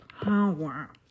power